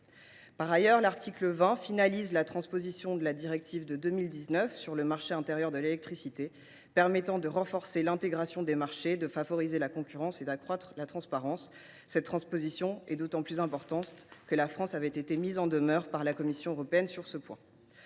Par ailleurs, l’article 20 finalise la transposition de la directive sur le marché intérieur de l’électricité de 2019, permettant de renforcer l’intégration des marchés, de favoriser la concurrence et d’accroître la transparence. Cette transposition est d’autant plus importante que la France avait été mise en demeure par la Commission européenne sur ce point.